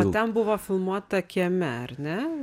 o ten buvo filmuota kieme ar ne